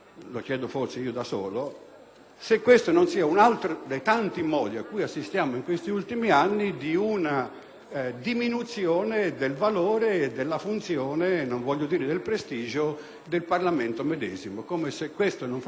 se questo non sia un altro dei tanti casi cui assistiamo in questi ultimi anni di una diminuzione del valore e della funzione, non voglio dire del prestigio, del Parlamento, come se questo non fosse un organo costituzionale